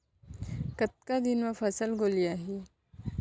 कतका दिन म फसल गोलियाही?